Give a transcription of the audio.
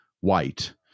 white